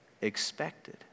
expected